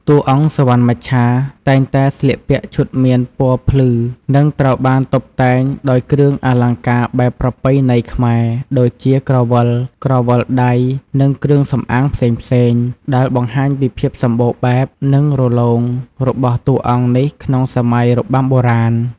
តួអង្គ សុវណ្ណមច្ឆា តែងតែស្លៀកពាក់ឈុតមានពណ៌ភ្លឺ និងត្រូវបានតុបតែងដោយគ្រឿងអលង្ការបែបប្រពៃណីខ្មែរ ដូចជា ក្រវិល ក្រវិលដៃ និងគ្រឿងសំអាងផ្សេងៗ ដែលបង្ហាញពីភាពសម្បូរបែប និងរលោងរបស់តួអង្គនេះក្នុងសម័យរបាំបុរាណ។